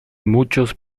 muchos